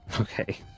Okay